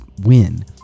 win